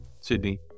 Sydney